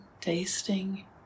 tasting